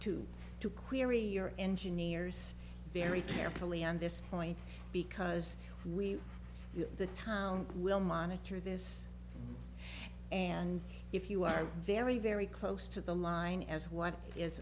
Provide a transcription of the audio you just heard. to to query your engineers very carefully on this point because we know the town will monitor this and if you are very very close to the line as what is